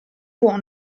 può